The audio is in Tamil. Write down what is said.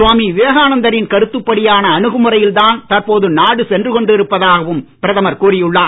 சுவாமி விவேகானந்தரின் கருத்துப்படியான அணுகுமுறையில் தான் தற்போது நாடு சென்று கொண்டிருப்பதாகவும் பிரதமர் கூறி உள்ளார்